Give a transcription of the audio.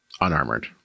unarmored